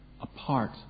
apart